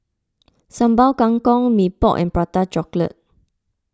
Sambal Kangkong Mee Pok and Prata Chocolate